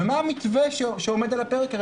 ומה המתווה שעומד על הפרק,